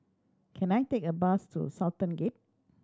can I take a bus to Sultan Gate